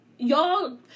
Y'all